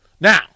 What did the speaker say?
Now